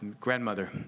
grandmother